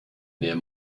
near